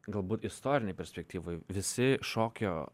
galbūt istorinėj perspektyvoj visi šokio